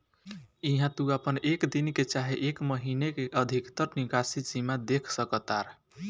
इहा तू आपन एक दिन के चाहे एक महीने के अधिकतर निकासी सीमा देख सकतार